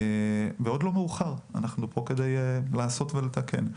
עוד לא מאוחר, אנחנו פה כדי לעשות ולתקן.